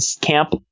camp